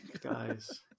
Guys